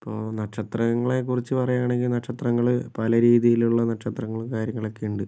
ഇപ്പോൾ നക്ഷത്രങ്ങളെക്കുറിച്ച് പറയുകയാണെങ്കിൽ നക്ഷത്രങ്ങൾ പല രീതിയിലുള്ള നക്ഷത്രങ്ങൾ കാര്യങ്ങളൊക്കെയുണ്ട്